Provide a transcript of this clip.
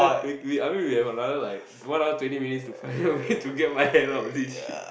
yeah we we I mean we have another like one hour twenty minutes to find a way to get my hand out of this shit